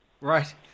Right